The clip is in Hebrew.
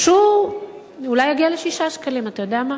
שהוא, אולי יגיע ל-6 שקלים, אתה יודע מה?